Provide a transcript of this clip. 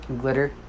glitter